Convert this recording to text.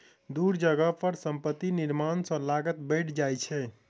दूर जगह पर संपत्ति निर्माण सॅ लागत बैढ़ जाइ छै